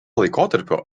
laikotarpio